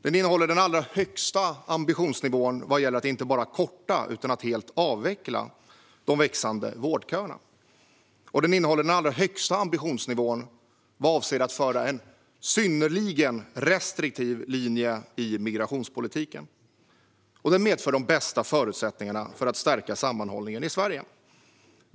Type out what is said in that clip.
Den innehåller den allra högsta ambitionsnivån vad gäller att inte bara korta utan helt avveckla de växande vårdköerna, och den innehåller den allra högsta ambitionsnivån vad avser att föra en synnerligen restriktiv linje i migrationspolitiken. Den medför de bästa förutsättningarna för att stärka sammanhållningen i Sverige.